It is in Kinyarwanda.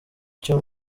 cyo